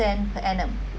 percent annum